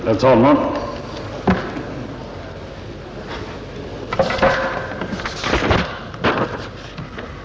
Herr talman!